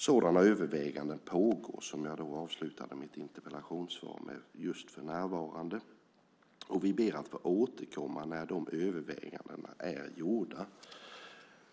Sådana överväganden pågår, som jag avslutade mitt interpellationssvar med. Vi ber att få återkomma när de övervägandena är gjorda.